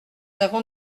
avons